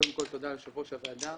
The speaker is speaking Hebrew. קודם כול, תודה, יושב-ראש הוועדה.